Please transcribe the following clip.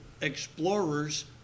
explorers